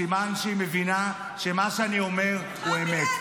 סימן שהיא מבינה שמה שאני אומר הוא אמת,